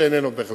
שאיננו בכלל.